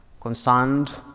concerned